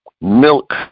milk